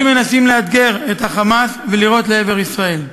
מנסים לאתגר את ה"חמאס" ולירות לעבר ישראל.